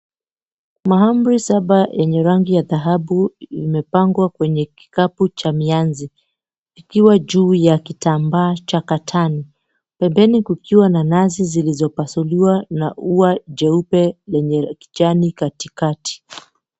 Mahamri saba yenye rangi ya dhahabu imepangwa kwenye kikapu cha mianzi ikiwa juu ya kitambaa cha katani. Pembeni kukiwa na nazi zilizopasuliwa na ua jeupe lenye kichani katikati.